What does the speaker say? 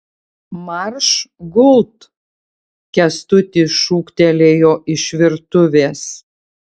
marš gult kęstutis šūktelėjo iš virtuvės